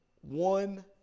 one